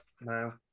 no